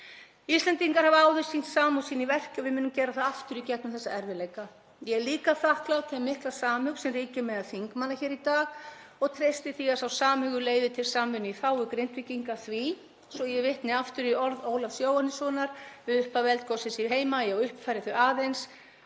Íslendingar hafa áður sýnt samúð sýna í verki og við munum gera það aftur í gegnum þessa erfiðleika. Ég er líka þakklát þeim mikla samhug sem ríkir meðal þingmanna hér í dag og treysti því að sá samhugur leiði til samvinnu í þágu Grindvíkinga Því, svo ég vitni aftur í orð Ólafs Jóhannessonar við upphaf eldgossins í Heimaey og uppfæri þau aðeins,